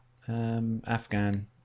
Afghan